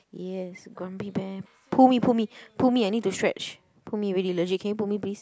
yes gone be bad pull me pull me pull me I need to stretch pull me really legit can you pull me please